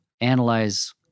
analyze